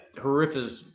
horrific